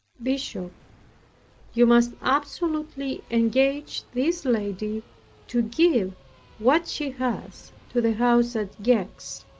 bishop you must absolutely engage this lady to give what she has to the house at gex,